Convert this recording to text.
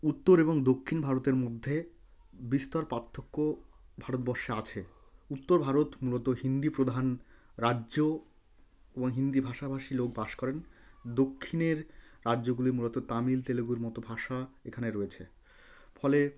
উত্তর এবং দক্ষিণ ভারতের মধ্যে বিস্তর পার্থক্য ভারতবর্ষে আছে উত্তর ভারত মূলত হিন্দি প্রধান রাজ্য এবং হিন্দি ভাষাভাষী লোক বাস করেন দক্ষিণের রাজ্যগুলি মুলত তামিল তেলেগুর মতো ভাষা এখানে রয়েছে ফলে